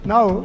Now